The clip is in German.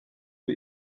für